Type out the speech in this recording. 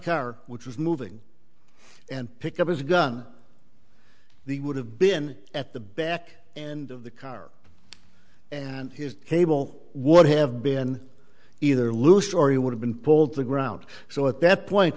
car which was moving and pick up his gun the would have been at the back and of the car and his cable would have been either loose or he would have been pulled to ground so at that point